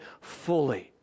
fully